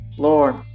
Lord